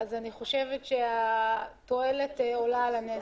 אז התועלת עולה על הנזק.